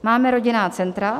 Máme rodinná centra.